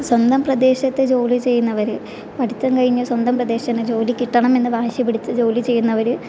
സ്വന്തം പ്രദേശത്തെ ജോലി ചെയ്യുന്നവർ പഠിത്തം കഴിഞ്ഞ് സ്വന്തം പ്രദേശത്ത് തന്നെ ജോലി കിട്ടണം എന്ന്